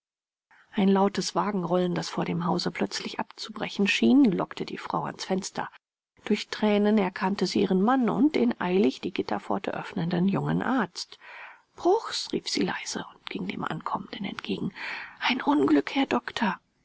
ein lautes wagenrollen das vor dem hause plötzlich abzubrechen schien lockte die frau ans fenster durch tränen erkannte sie ihren mann und den eilig die gitterpforte öffnenden jungen arzt bruchs rief sie leise und ging dem ankommenden entgegen ein unglück herr doktor